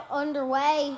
underway